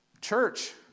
Church